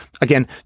again